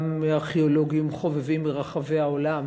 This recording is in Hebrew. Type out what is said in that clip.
גם ארכיאולוגים חובבים מרחבי העולם